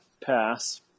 pass